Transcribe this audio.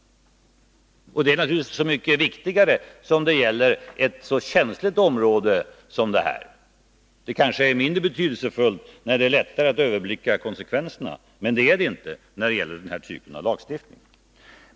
Det är desto viktigare som det gäller ett så känsligt område som detta. Det kanske är mindre betydelsefullt när det är lättare att överblicka konsekvenserna, men så är inte fallet med den här typen av lagstiftning.